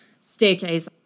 staircase